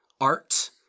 art